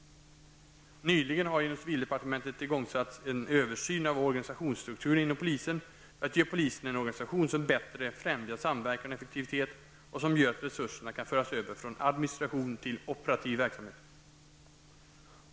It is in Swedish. Nyligen har inom civildepartementet igångsatts en översyn av organisationsstrukturen inom polisen för att ge polisen en organisation som bättre främjar samverkan och effektivitet och som gör att resurserna kan föras över från administration till operativ verksamhet.